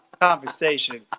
conversation